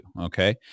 okay